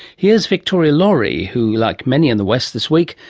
here's victoria laurie who, like many in the west this week,